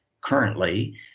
currently